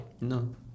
No